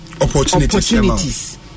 opportunities